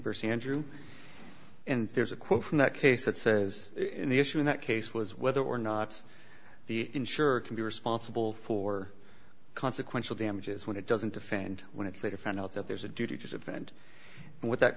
versus andrew and there's a quote from that case that says the issue in that case was whether or not the insurer can be responsible for consequential damages when it doesn't defend when it's later found out that there's a duty to defend what that